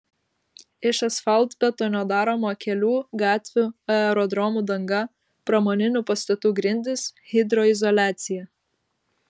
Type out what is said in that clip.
iš asfaltbetonio daroma kelių gatvių aerodromų danga pramoninių pastatų grindys hidroizoliacija